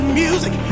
music